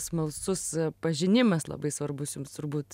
smalsus pažinimas labai svarbus jums turbūt